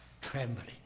trembling